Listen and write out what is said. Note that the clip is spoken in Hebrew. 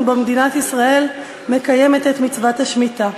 שבו מדינת ישראל מקיימת את מצוות השמיטה.